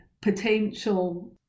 potential